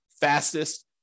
fastest